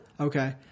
Okay